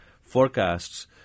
forecasts